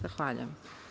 Zahvaljujem.